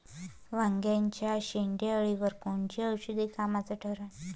वांग्याच्या शेंडेअळीवर कोनचं औषध कामाचं ठरन?